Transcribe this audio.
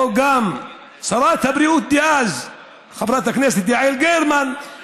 וגם שרת הבריאות דאז חברת הכנסת יעל גרמן, היא